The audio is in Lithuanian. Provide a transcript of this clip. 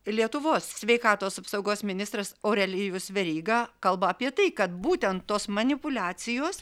lietuvos sveikatos apsaugos ministras aurelijus veryga kalba apie tai kad būtent tos manipuliacijos